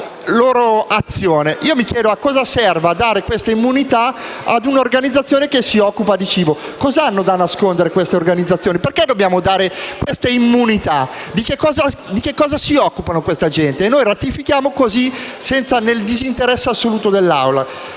Io mi chiedo a cosa serva dare queste immunità ad una Organizzazione che si occupa di cibo. Cosa hanno da nascondere queste organizzazioni? Perché dobbiamo concedere queste immunità? Di cosa si occupano? E noi ratifichiamo così, nel disinteresse assoluto dell'Assemblea.